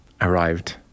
arrived